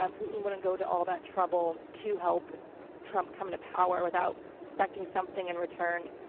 um putin wouldn't go to all that trouble to help trump coming to power without expecting something in return,